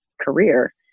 career